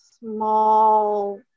small